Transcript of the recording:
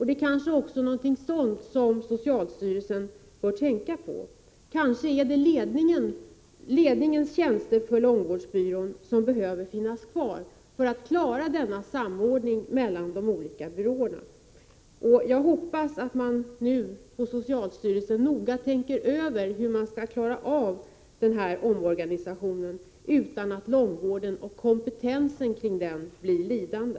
Det är kanske något sådant socialstyrelsen bör tänka på. Kanske är det ledningens tjänster för långvårdsbyrån som behöver finnas kvar för att klara denna samordning mellan de olika byråerna. Jag hoppas att man på socialstyrelsen nu noga tänker över hur man skall klara av den här omorganisationen utan att långvården och kompetensen kring den blir lidande.